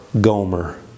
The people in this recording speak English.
Gomer